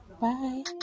Bye